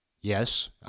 Yes